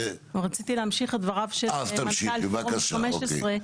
אבל רציתי להמשיך את דבריו של מנכל פורום ה-15.